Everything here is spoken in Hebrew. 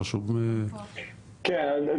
אין לו שום- -- כן,